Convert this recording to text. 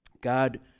God